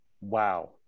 Wow